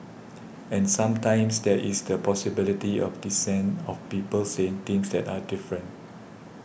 and sometimes there is the possibility of dissent of people saying things that are different